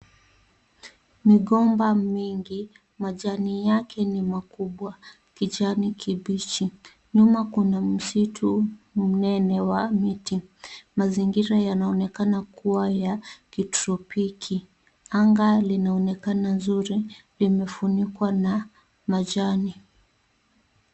Migomba mingi, majani yake ni makubwa kijana kipiji. Nyuma kuna mzitu mnene wa miti mazingira yanaonekana kuwa ya kitropiki .Anga linaonekana nzuri limefunikwa na majani.